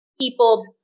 people